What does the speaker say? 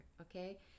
okay